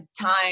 time